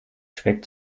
schmeckt